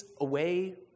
away